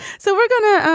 so we're going to,